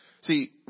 See